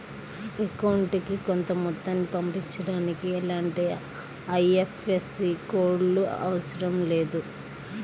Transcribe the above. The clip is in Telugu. అకౌంటుకి కొంత మొత్తాన్ని పంపించడానికి ఎలాంటి ఐఎఫ్ఎస్సి కోడ్ లు అవసరం లేదు